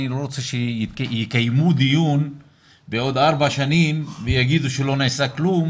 אני לא רוצה שיקיימו דיון בעוד ארבע שנים ויגידו שלא נעשה כלום,